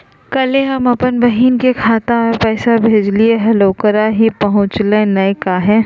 कल्हे हम अपन बहिन के खाता में पैसा भेजलिए हल, ओकरा ही पहुँचलई नई काहे?